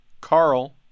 Carl